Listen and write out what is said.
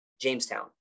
Jamestown